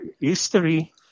history